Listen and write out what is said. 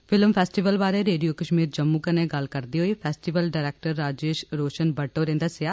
film festival बारे radio Kashmir Jammu कन्ने गल्ल करदे होई फस्टिवल डायरेक्टर राजेश रोशन भट्ट होरें दस्सेआ